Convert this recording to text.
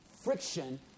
Friction